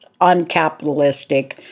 uncapitalistic